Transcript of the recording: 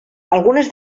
algunes